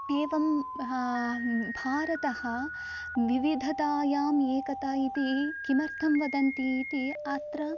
एवं भारतः विविधतायाम् एकता इति किमर्थं वदन्तीति अत्र